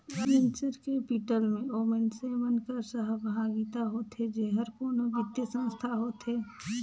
venture capital में ओ मइनसे मन कर सहभागिता होथे जेहर कोनो बित्तीय संस्था होथे